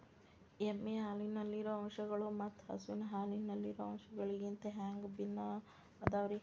ಎಮ್ಮೆ ಹಾಲಿನಲ್ಲಿರೋ ಅಂಶಗಳು ಮತ್ತ ಹಸು ಹಾಲಿನಲ್ಲಿರೋ ಅಂಶಗಳಿಗಿಂತ ಹ್ಯಾಂಗ ಭಿನ್ನ ಅದಾವ್ರಿ?